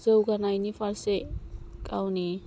जौगानायनि फारसे गावनि